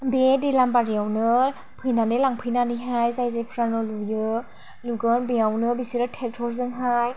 बे दैलांबारियावनो फैनानै लांफैनानैहाय जाय जायफ्रा न' लुयो लुगोन बेयावनो बिसोरो ट्रेक्टर जोंहाय